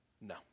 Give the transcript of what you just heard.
no